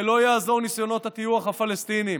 ולא יעזרו ניסיונות הטיוח הפלסטיניים,